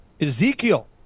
Ezekiel